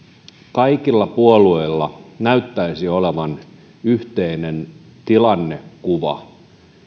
kaikilla puolueilla näyttäisi olevan yhteinen tilannekuva